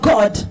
God